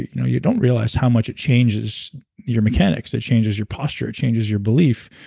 you know you don't realize how much it changes your mechanics. it changes your posture. it changes your belief.